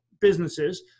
businesses